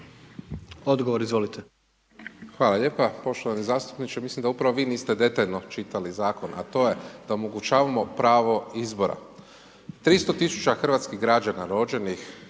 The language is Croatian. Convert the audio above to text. Marko (HDZ)** Hvala lijepa. Poštovani zastupniče, mislim da upravo vi niste detaljno čitali zakon a to je da omogućavamo pravo izbora. 300 tisuća hrvatskih građana rođenih